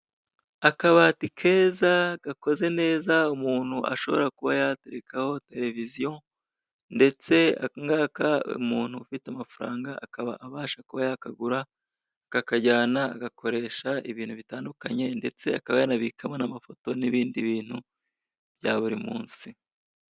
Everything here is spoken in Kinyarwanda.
Akabati keza gakoze neza umuntu ashobora kuba yaterekaho televiziyo, ndetse akangaka umuntu ufite amafaranga akaba abasha kuba yakagura, akakajyana agakoresha ibintu bitandukanye, ndetse akaba yanabikamo n'amafoto n'ibindi bintu bya buri munsi.